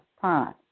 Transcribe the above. time